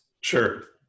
Sure